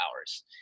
hours